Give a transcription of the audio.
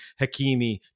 Hakimi